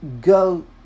go